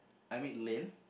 I meet Lin